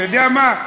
אתה יודע מה?